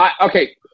Okay